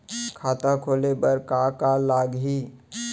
खाता खोले बार का का लागही?